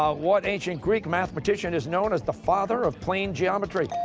what ancient greek mathematician is known as the father of plane geometry?